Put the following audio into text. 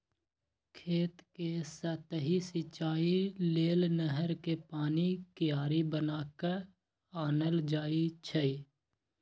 खेत कें सतहि सिचाइ लेल नहर कें पानी क्यारि बना क आनल जाइ छइ